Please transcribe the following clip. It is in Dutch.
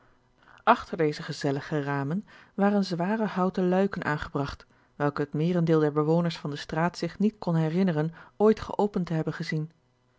achter deze gezellige ramen waren zware houten luiken aangebragt welke het meerendeel der bewoners van de straat zich niet kon herinneren ooit geopend te hebben gezien